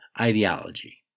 ideology